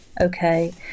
okay